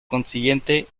consiguiente